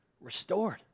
restored